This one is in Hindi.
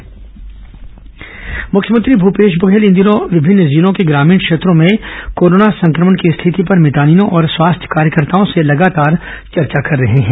मुख्यमंत्री मितानिन स्वास्थ्यकर्मी चर्चा मुख्यमंत्री भूपेश बघेल इन दिनों विभिन्न जिलों के ग्रामीण क्षेत्रों में कोरोना संक्रमण की स्थिति पर मितानिनों और स्वास्थ्य कार्यकर्ताओं से लगातार चर्चा कर रहे है